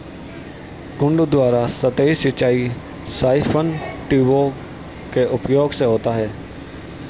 कुंड द्वारा सतही सिंचाई साइफन ट्यूबों के उपयोग से होता है